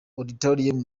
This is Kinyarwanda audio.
auditorium